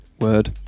word